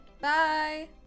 Bye